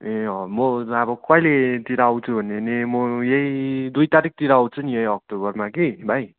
ए अँ म ल अब कहिलेतिर आउँछु भन्ने भने म यही दुई तारिखतिर आउँछु नि यही अक्टोबरमा कि भाइ